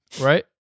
right